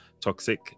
toxic